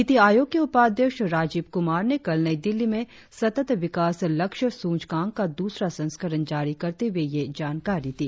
नीति आयोग के उपाध्यक्ष राजीव कुमार ने कल नई दिल्ली में सतत विकास लक्ष्य सूचकांक का दूसरा संस्करण जारी करते हुए यह जानकारी दी